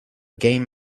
game